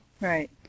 Right